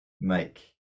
make